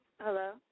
Hello